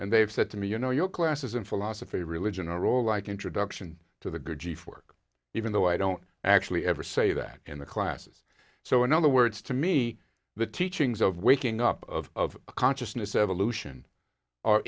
and they've said to me you know your classes in philosophy religion are all like introduction to the good g fork even though i don't actually ever say that in the classes so in other words to me the teachings of waking up of consciousness evolution